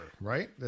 right